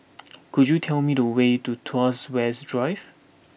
could you tell me the way to Tuas West Drive